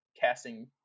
casting